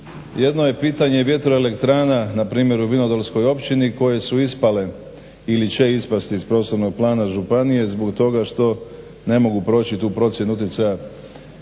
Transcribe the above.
Jedno je pitanje vjetroelektrana na primjeru Vinodolskoj općini koje su ispale ili će ispast iz prostornog plana županije zbog toga što ne mogu proći tu procjenu utjecaja